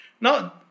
Now